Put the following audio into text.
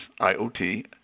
IoT